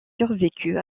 survécut